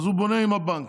אז הוא בונה עם הבנק.